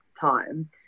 time